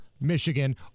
Michigan